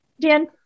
Dan